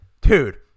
dude